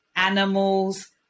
Animals